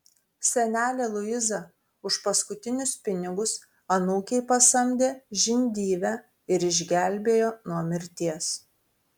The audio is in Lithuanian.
senelė luiza už paskutinius pinigus anūkei pasamdė žindyvę ir išgelbėjo nuo mirties